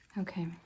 okay